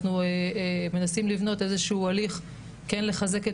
אנחנו מנסים לבנות איזשהו הליך לחזק את